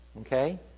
Okay